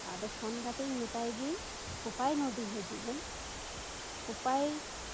ᱟᱫᱚ ᱯᱷᱳᱱ ᱠᱟᱛᱮᱜ ᱤᱧ ᱢᱮᱛᱟᱭ ᱜᱮ ᱠᱳᱯᱟᱭ ᱱᱚᱫᱤ ᱦᱤᱡᱩᱜ ᱢᱮ ᱠᱳᱯᱟᱭ